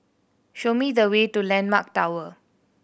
show me the way to Landmark Tower